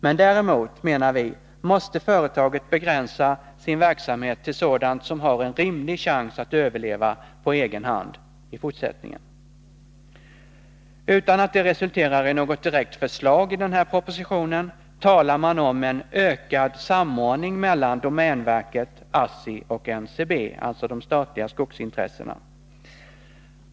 Men därefter, menar vi, måste företaget begränsa sin verksamhet till sådant som har en rimlig chans att överleva på egen hand. Utan att det resulterar i något direkt förslag i den här propositionen talar man om en ökad samordning mellan domänverket, ASSI och NCB, alltså de statliga skogsintressena.